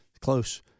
Close